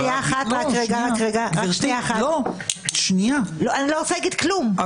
אני לא רוצה להגיד כלום,